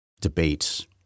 debates